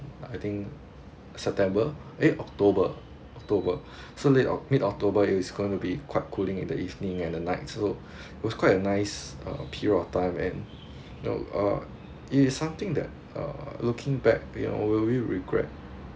I think september eh october october so late of mid october is going to be quite cooling in the evening and the nights so it was quite a nice uh period of time and you know uh is something that uh looking back you know when we will regret